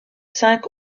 cinq